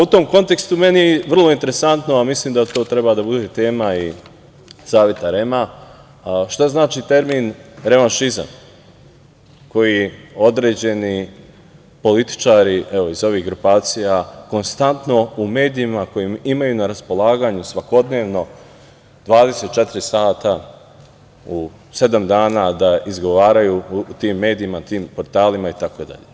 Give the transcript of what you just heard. U tom kontekstu meni je vrlo interesantno, a mislim da to treba da bude tema i Saveta REM-a, šta znači termin – refanšizam, koji određeni političari iz ovih grupacija konstantno u medijima koje imaju na raspolaganju svakodnevno, 24 sata u sedam dana da izgovaraju u tim medijima, tim portalima itd?